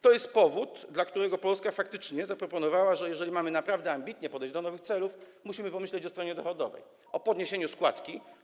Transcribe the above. To jest powód, dla którego Polska faktycznie zaproponowała, że jeżeli mamy naprawdę ambitnie podejść do nowych celów, musimy pomyśleć o stronie dochodowej, o podniesieniu składki.